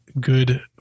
good